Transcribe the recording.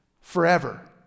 forever